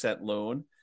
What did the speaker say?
loan